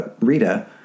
Rita